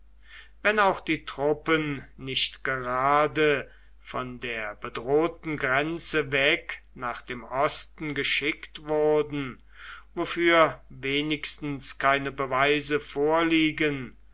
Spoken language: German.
wenn auch die truppen nicht gerade von der bedrohten grenze weg nach dem osten geschickt wurden wofür wenigstens keine beweise vorliegen